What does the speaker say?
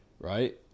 right